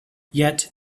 yet